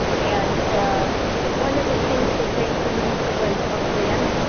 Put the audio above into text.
and one of the things that changed for me was from zen,